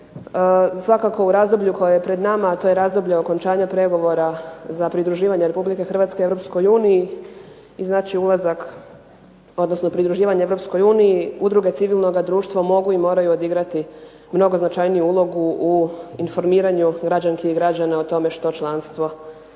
Svakako u razdoblju koje je pred nama, a to je okončanja pregovora za pridruživanje Republike Hrvatske Europskoj uniji udruge civilnoga društva mogu i moraju odigrati mnogo značajniju ulogu u informiranju građanki i građana o tome što članstvo donosi.